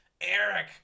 Eric